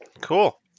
Cool